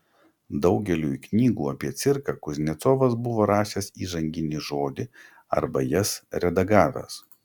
daugeliui knygų apie cirką kuznecovas buvo rašęs įžanginį žodį arba jas redagavęs